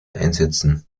einsetzen